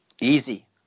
Easy